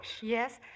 Yes